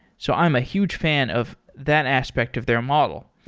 so i'm a huge fan of that aspect of their model.